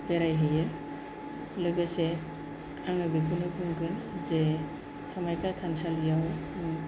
बेरायहैयो लोगोसे आङो बेखौनो बुंगोन जे कामाख्या थानसालियाव